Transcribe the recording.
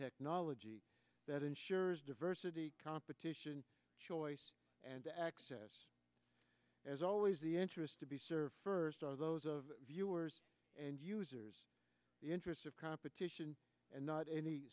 technology that ensures diversity competition choice and access as always the interest to be served first or those of viewers and users the interests of competition and not any